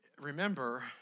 remember